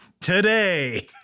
Today